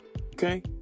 Okay